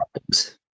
problems